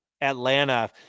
Atlanta